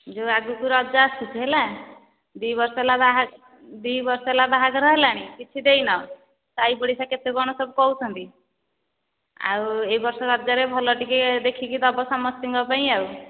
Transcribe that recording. ଯୋଉ ଆଗକୁ ରଜ ଆସୁଛି ହେଲା ଦୁଇ ବର୍ଷ ହେଲା ବାହା ଦୁଇ ବର୍ଷ ହେଲା ବାହାଘର ହେଲାଣି କିଛି ଦେଇନ ସାଇପଡ଼ିଶା କେତେ କ'ଣ ସବୁ କହୁଛନ୍ତି ଆଉ ଏଇ ବର୍ଷ ରଜରେ ଭଲ ଟିକେ ଦେଖିକି ଦେବ ସମସ୍ତିଙ୍କ ପାଇଁ ଆଉ